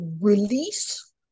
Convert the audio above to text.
release